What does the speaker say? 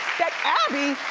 that abby,